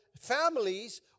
families